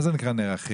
מה זה נקרא נערכים?